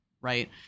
right